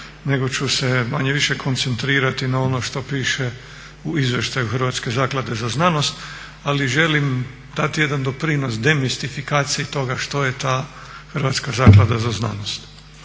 nego ću se manje-više koncentrirati ono što piše u izvještaju Hrvatske zaklade za znanost, ali želim dati jedan doprinos demistifikaciji toga što je ta Hrvatska zaklada za znanost.